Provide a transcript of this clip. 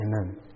Amen